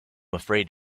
afraid